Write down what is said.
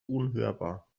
unhörbar